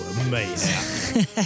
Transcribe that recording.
amazing